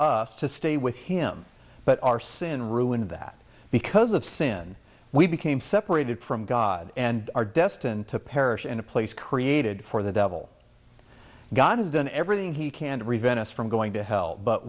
us to stay with him but our sin ruined that because of sin we became separated from god and are destined to perish in a place created for the devil god has done everything he can to prevent us from going to hell but